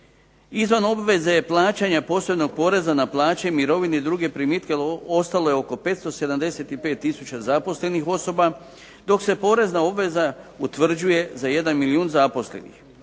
izvan obveze je plaćanja posebnog poreza na plaće, mirovine i druge primitke ostalo je oko 575 tisuća zaposlenih osoba dok se porezna obveza utvrđuje za 1 milijun zaposlenih.